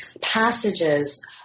passages